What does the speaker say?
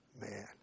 Man